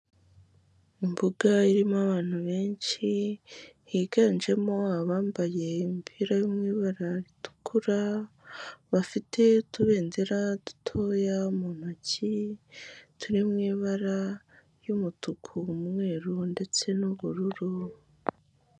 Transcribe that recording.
Imbuga irimo abantu benshi, higanjemo abambaye imipira yo mu ibara ritukura, bafite utubendera dutoya mu ntoki, turi mu ibara ry'umutuku, umweru ndetse n'ubururu.